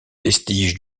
vestiges